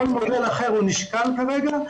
כל מודל אחר נשקל כרגע.